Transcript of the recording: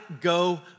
go